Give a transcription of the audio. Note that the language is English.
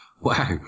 Wow